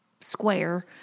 square